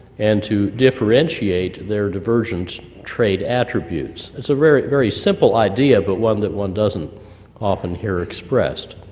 and to differentiate their divergent trade attributes. it's a very very simple idea, but one that one doesn't often hear expressed.